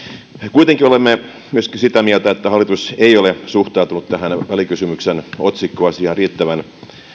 kuitenkin olemme myöskin sitä mieltä että hallitus ei ole suhtautunut tähän välikysymyksen otsikkoasiaan riittävän